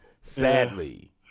sadly